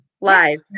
live